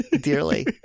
dearly